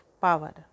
power